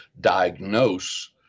diagnose